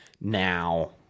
now